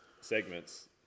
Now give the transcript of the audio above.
segments